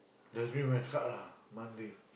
just bring my card lah Monday